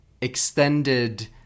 extended